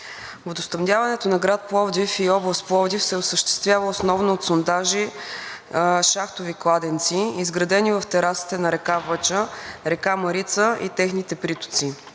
Водоснабдяването на град Пловдив и област Пловдив се осъществява основно от сондажни шахтови кладенци, изградени в терасите на река Въча, река Марица и техните притоци.